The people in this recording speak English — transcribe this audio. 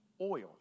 oil